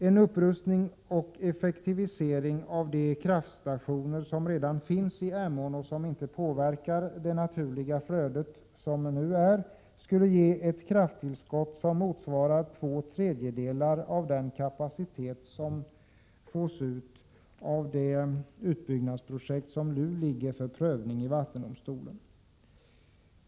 En upprustning och effektivisering av de kraftstationer som redan finns i Emån och som inte påverkar det nuvarande naturliga flödet skulle ge ett Prot. 1987/88:118 krafttillskott som motsvarar två tredjedelar av den kapacitet som fås ut av det 10 maj 1988 utbyggnadsprojekt som nu ligger för prövning i vattendomstolen.